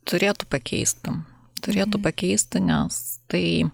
turėtų pakeisti turėtų pakeisti nes tai